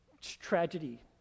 Tragedy